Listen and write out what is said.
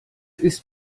ist